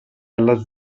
alla